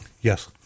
Yes